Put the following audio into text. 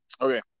Okay